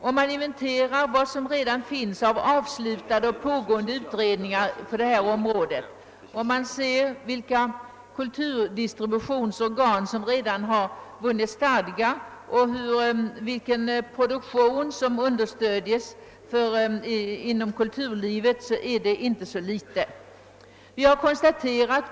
Om man inventerar redan avslutade eller pågående utredningar på detta område och ser vilka kulturdistributionsorgan som redan har vunnit stadga och vilken produktion som understöds inom kulturlivet, finner man att det inte är så litet.